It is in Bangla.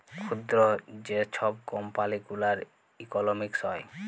ক্ষুদ্র যে ছব কম্পালি গুলার ইকলমিক্স হ্যয়